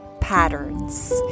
patterns